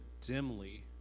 dimly